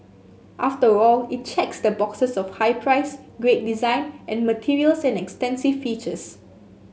after all it checks the boxes of high price great design and materials and extensive features